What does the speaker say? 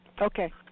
Okay